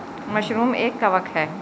mushroom एक कवक है